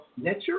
nature